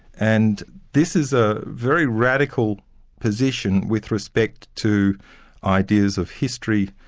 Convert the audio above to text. and this is a very radical position with respect to ideas of history,